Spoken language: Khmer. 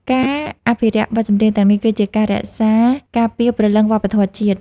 ការអភិរក្សបទចម្រៀងទាំងនេះ គឺជាការរក្សាការពារព្រលឹងវប្បធម៌ជាតិ។